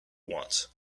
wants